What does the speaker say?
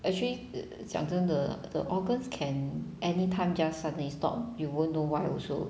actually 讲真的 the organs can anytime just suddenly stop you won't know why also